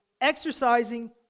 exercising